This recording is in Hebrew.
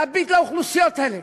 להביט על האוכלוסיות האלה.